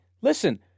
listen